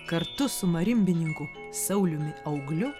kartu su marimbininku sauliumi augliu